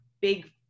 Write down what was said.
big